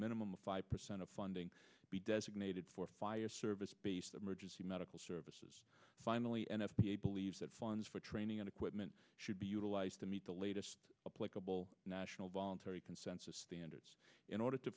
minimum of five percent of funding be designated for fire service based emergency medical services finally n f p a believes that funds for training and equipment should be utilized to meet the latest national voluntary consensus standards in order to